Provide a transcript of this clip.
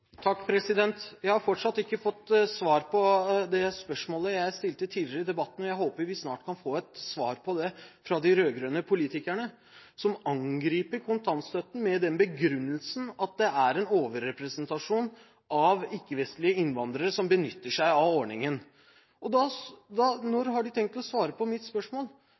Jeg har fortsatt ikke fått svar på det spørsmålet jeg stilte tidligere i debatten. Jeg håper vi snart kan få et svar på det fra de rød-grønne politikerne, som angriper kontantstøtten med den begrunnelsen at det er en overrepresentasjon av ikke-vestlige innvandrere blant dem som benytter seg av ordningen. Når har de tenkt å svare på mitt spørsmål: